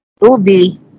Ruby